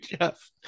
Jeff